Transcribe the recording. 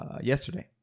yesterday